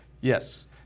Yes